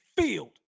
field